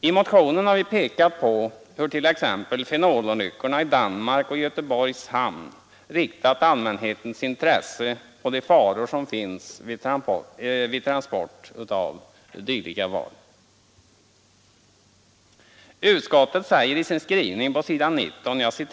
I motionen har vi pekat på hur t.ex. fenololyckorna i Danmark och i Göteborgs hamn riktat allmänhetens uppmärksamhet på de faror som finns vid transport av dylika varor.